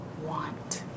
want